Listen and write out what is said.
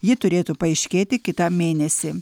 ji turėtų paaiškėti kitą mėnesį